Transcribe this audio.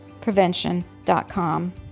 prevention.com